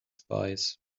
spies